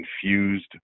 confused